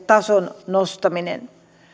tason nostaminen